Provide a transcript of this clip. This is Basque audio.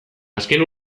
azken